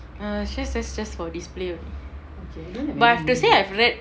err just just just for display but I have to say I've read